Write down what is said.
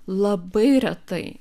labai retai